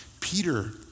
Peter